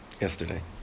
yesterday